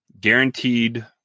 guaranteed